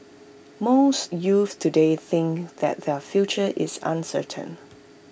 most youths today think that their future is uncertain